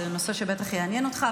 זה נושא שבטח יעניין אותך.